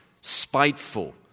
spiteful